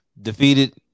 defeated